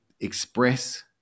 express